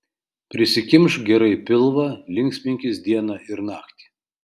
prisikimšk gerai pilvą linksminkis dieną ir naktį